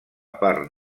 part